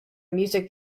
music